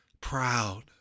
proud